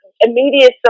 immediate